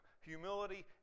Humility